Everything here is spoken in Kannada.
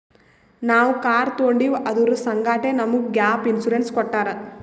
ನಾವ್ ಕಾರ್ ತೊಂಡಿವ್ ಅದುರ್ ಸಂಗಾಟೆ ನಮುಗ್ ಗ್ಯಾಪ್ ಇನ್ಸೂರೆನ್ಸ್ ಕೊಟ್ಟಾರ್